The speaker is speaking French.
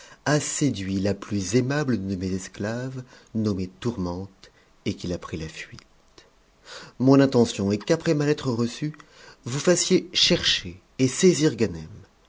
a séduit la plus aimable de mes esclaves nommée tourmente et qu'il a pris a fuite mon intcntion est qu'après ma lettre reçue vous fassiez chercher et saisir ganem